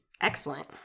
excellent